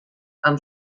amb